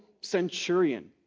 centurion